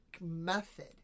method